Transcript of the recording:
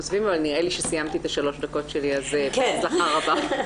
תודה רבה.